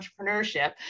entrepreneurship